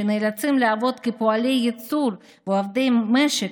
שנאלצים לעבוד כפועלי ייצור ועובדי משק